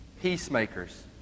Peacemakers